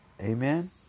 Amen